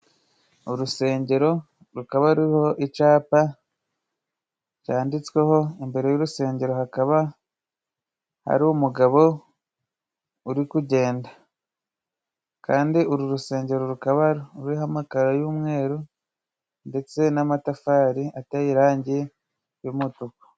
Urusengero rukaba ruriho icapa cyanditsweho, imbere y'urusengero hakaba hari umugabo uri kugenda kandi uru rusengero rukaba ruriho amakaro y'umweru ndetse n'amatafari ateye irangi ry'umutuku.